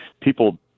people